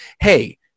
hey –